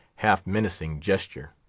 half-menacing gesture.